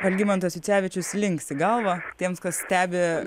algimantas jucevičius linksi galvą tiems kas stebi